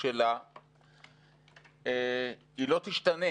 שלה לא תשתנה.